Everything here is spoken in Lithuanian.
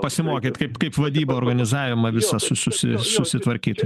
pasimokyt kaip kaip vadybą organizavimą visą su susi susitvarkyti